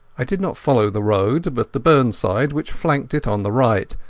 i did not follow the road, but the burnside which flanked it on the right,